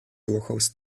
durchaus